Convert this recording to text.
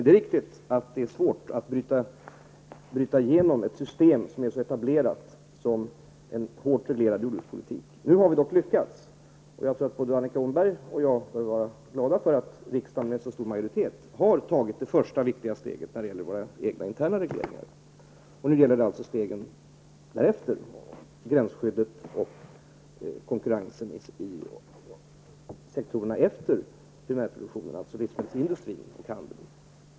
Det är riktigt att det är svårt att bryta igenom ett system som är så etablerat som en hårt reglerad jordbrukspolitik. Nu har vi dock lyckats, och jag tror att både Annika Åhnberg och jag får vara glada för att riksdagen med så stor majoritet har tagit det första viktiga steget när det gäller våra interna regleringar. Nu gäller det stegen därefter, gränsskyddet och konkurrensen i sektorerna efter primärproduktionen, alltså livsmedelsindustrin och handeln.